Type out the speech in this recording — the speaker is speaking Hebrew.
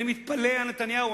אני מתפלא על נתניהו.